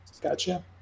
gotcha